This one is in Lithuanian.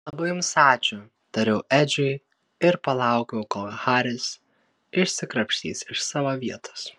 labai jums ačiū tariau edžiui ir palaukiau kol haris išsikrapštys iš savo vietos